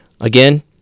Again